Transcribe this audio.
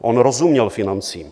On rozuměl financím.